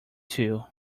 two